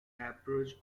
approach